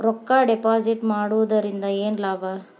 ರೊಕ್ಕ ಡಿಪಾಸಿಟ್ ಮಾಡುವುದರಿಂದ ಏನ್ ಲಾಭ?